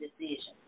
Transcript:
decisions